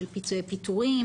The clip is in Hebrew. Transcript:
של פיצויי פיטורין,